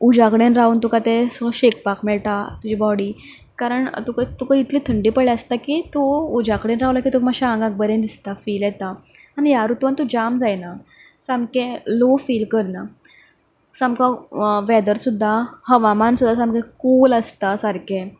उज्या कडेन रावन तुका तें सो शेकपाक मेळटा तुजी बॉडी कारण तुका तुका इतली थंडी पडिल्ली आसता की तूं उज्या कडेन रावलो की तुका मातशें आंगाक बरें दिसता फील येता आनी ह्या रुतूंत तूं जाम जायना सामकें लोव फील करना सामको वॅदर सुद्दां हवामान सुद्दां सामकें कूल आसता सारकें